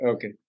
Okay